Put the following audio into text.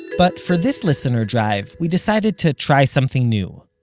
but for this listener drive, we decided to try something new.